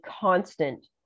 constant